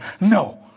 No